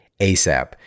ASAP